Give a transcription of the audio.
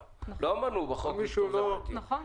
נכון.